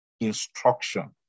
instruction